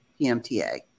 PMTA